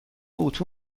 اتو